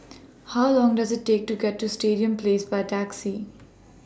How Long Does IT Take to get to Stadium Place By Taxi